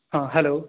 ہاں ہیلو